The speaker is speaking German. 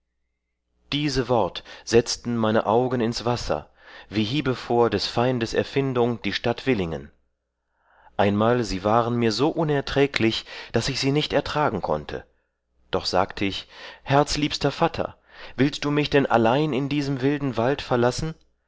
diese wort setzten meine augen ins wasser wie hiebevor des feindes erfindung die stadt villingen einmal sie waren mir so unerträglich daß ich sie nicht ertragen konnte doch sagte ich herzliebster vatter willst du mich dann allein in diesem wilden wald verlassen